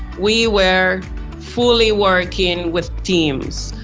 we were fully working with teams.